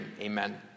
amen